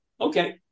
Okay